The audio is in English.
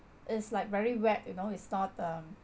it's like very wet you know it's not um